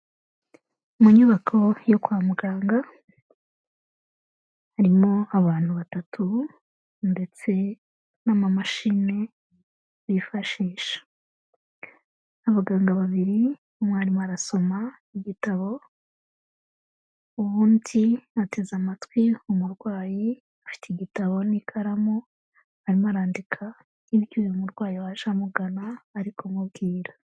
Mu nyubako yo kwa muganga harimo abantu batatu ndetse n'amamashini bifashisha abaganga babiri m warimu arasoma igitabo ubundi anteze amatwi umurwayi afite igitabo n'ikaramu arimo arandika' iby'uyu murwayi waje amugana ariko kumubwira.